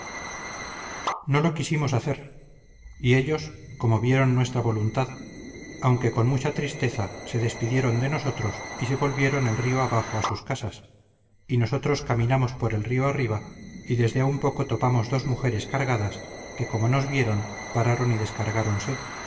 no lo quisimos hacer y ellos como vieron nuestra voluntad aunque con mucha tristeza se despidieron de nosotros y se volvieron el río abajo a sus casas y nosotros caminamos por el río arriba y desde a un poco topamos dos mujeres cargadas que como nos vieron pararon y